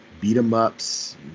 Beat-em-ups